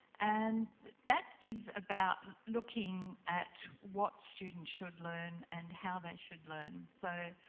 and that is about looking at what students should learn and how they should learn. so,